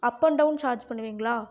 up and down charge பண்ணுவீங்களா